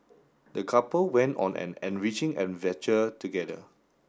the couple went on an enriching adventure together